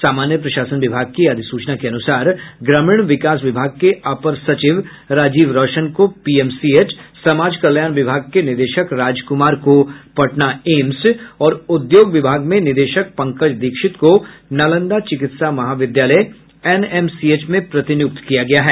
सामान्य प्रशासन विभाग की अधिसूचना के अनुसार ग्रामीण विकास विभाग के अपर सचिव राजीव रौशन को पीएमसीएच समाज कल्याण विभाग के निदेशक राजकुमार को पटना एम्स और उद्योग विभाग में निदेशक पंकज दीक्षित को नालंदा चिकित्सा महाविद्यालय एनएमसीएच में प्रतिनियुक्त किया गया है